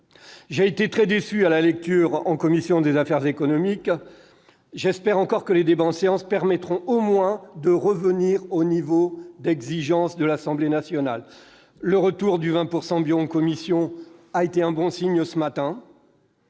J'ai été très déçu par l'examen du texte en commission des affaires économiques, mais j'espère encore que les débats en séance permettront au moins de revenir au niveau d'exigence de l'Assemblée nationale. Le retour en commission du 20 % de bio, ce matin,